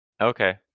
Okay